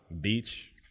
Beach